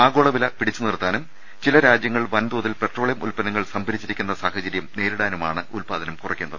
ആഗോളവില പിടിച്ചുനിർത്താനും ചില രാജ്യങ്ങൾ വൻതോതിൽ പെട്രോ ളിയം ഉത്പന്നങ്ങൾ സംഭരിച്ചിരിക്കുന്ന സാഹചര്യം നേരിടാനുമാണ് ഉത്പാ ദനം കുറയ്ക്കുന്നത്